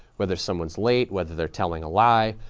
whether someone is late, whether they're telling a lie,